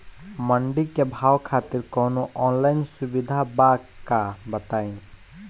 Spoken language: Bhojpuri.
मंडी के भाव खातिर कवनो ऑनलाइन सुविधा बा का बताई?